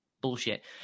bullshit